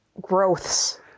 growths